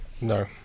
No